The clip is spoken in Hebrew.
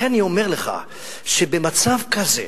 לכן, אני אומר לך שבמצב כזה,